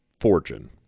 fortune